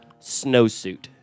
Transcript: snowsuit